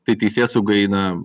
tai teisėsauga eina